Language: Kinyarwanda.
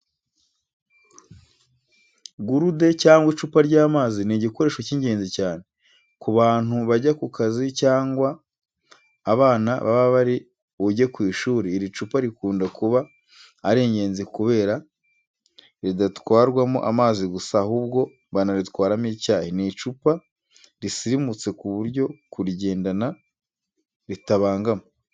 Gurude cyangwa icupa ry'amazi ni igikoresho cy'ingenzi cyane. Ku bantu bajya ku kazi cyangwa abana baba bari bujye ku ishuri iri cupa rikunda kuba ari ingezi kubera ridatwarwamo amazi gusa, ahubwo banaritwaramo icyayi. Ni icupa risirimutse ku buryo kurigendana ritabangama.